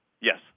Yes